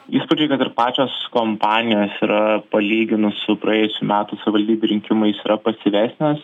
įspūdžiai kad ir pačios kompanijos yra palyginus su praėjusių metų savivaldybių rinkimais yra pasyvesnės